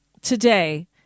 today